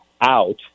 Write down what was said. out